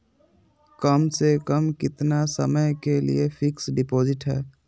कम से कम कितना समय के लिए फिक्स डिपोजिट है?